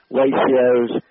ratios